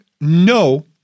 no